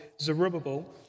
Zerubbabel